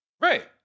Right